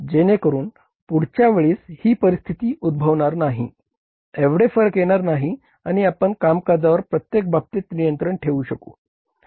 जेणेकरून पुढच्या वेळीस ही परिस्थिती उद्भवणार नाही एवढे फरक येणार नाही आणि आपण कामकाजावर प्रत्येक बाबतीत नियंत्रण ठेवू शकू